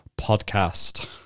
podcast